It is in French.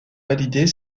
valider